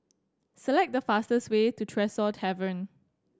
select the fastest way to Tresor Tavern